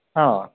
ആണോ